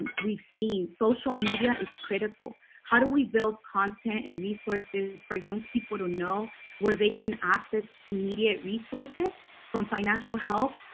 we've seen social media is critical how do we build content and resources for young people to know where they can access immediate resources from financial help?